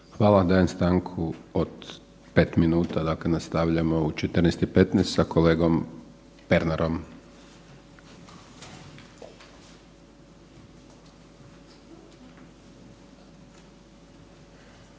vam. Dajem stanku od 5 minuta. Dakle, nastavljamo u 14,15 sa kolegom Pernarom.